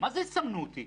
העוצמה והחוצפה.